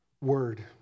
word